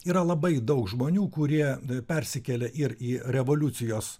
yra labai daug žmonių kurie persikelia ir į revoliucijos